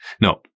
No